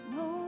no